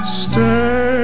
stay